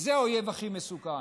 זה האויב הכי מסוכן.